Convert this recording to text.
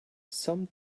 some